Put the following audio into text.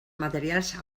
materials